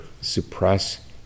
suppress